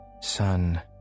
Son